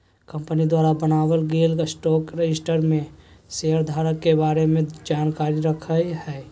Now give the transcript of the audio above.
company द्वारा बनाल गेल स्टॉक रजिस्टर में शेयर धारक के बारे में जानकारी रखय हइ